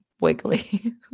wiggly